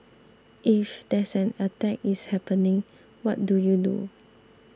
if there's an attack is happening what do you do